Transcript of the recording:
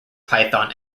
python